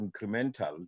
incremental